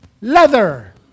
leather